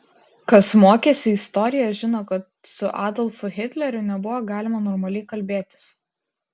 kas mokėsi istoriją žino kad su adolfu hitleriu nebuvo galima normaliai kalbėtis